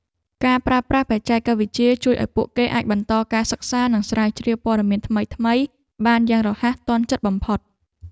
ការប្រើប្រាស់បច្ចេកវិទ្យាជួយឱ្យពួកគេអាចបន្តការសិក្សានិងស្រាវជ្រាវព័ត៌មានថ្មីៗបានយ៉ាងរហ័សទាន់ចិត្តបំផុត។